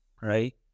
Right